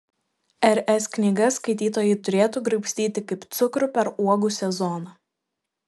r s knygas skaitytojai turėtų graibstyti kaip cukrų per uogų sezoną